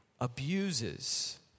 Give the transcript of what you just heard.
abuses